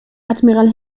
admiral